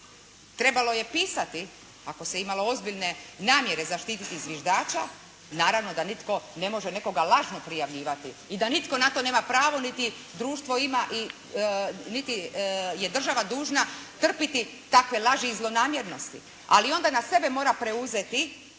Trebalo je pisati ako se imalo ozbiljne namjere zaštiti zviždača, naravno da nitko ne može nekoga lažno prijavljivati i da nitko na to nema pravo niti društvo ima, niti je država dužna trpiti takve laži i zlonamjernosti. Ali onda na sebe mora preuzeti